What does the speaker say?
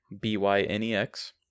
B-Y-N-E-X